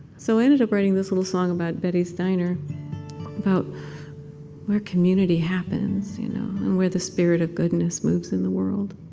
so i ended up writing this little song about betty's diner about where community happens. you know and where the spirit of goodness moves in the world